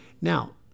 Now